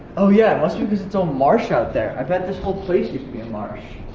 oh yeah, it must be because it's all marsh out there. i bet this whole place used to be a marsh.